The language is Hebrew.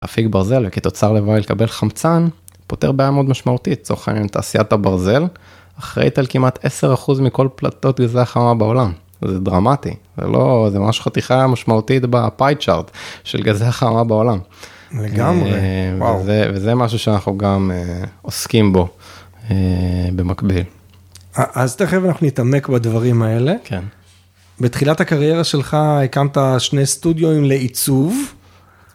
להפיק ברזל וכתוצר לוואי לקבל חמצן, פותר בעיה מאוד משמעותית, לצורך העניין, תעשיית הברזל, אחראית על כמעט 10% מכל פלטות גזי החממה בעולם, זה דרמטי, זה לא, זה ממש חתיכה משמעותית בפאי צ'ארט של גזי החמה בעולם. לגמרי. וואו. וזה משהו שאנחנו גם עוסקים בו במקביל. אז תכף אנחנו נתעמק בדברים האלה, בתחילת הקריירה שלך הקמת שני סטודיואים לעיצוב,